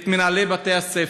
את מנהלי בתי-הספר.